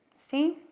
see?